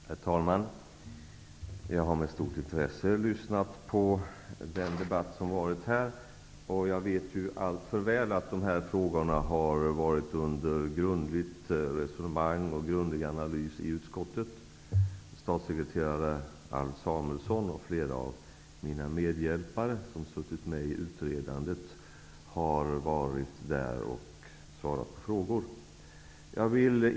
Herr talman! Jag har med stort intresse lyssnat på den debatt som varit här, och jag vet ju alltför väl att de här frågorna har varit under grundligt resonemang och grundlig analys i utskottet. Statssekreterare Alf Samuelsson och flera av mina medhjälpare som suttit med i utredandet har varit hos utskottet och svarat på frågor.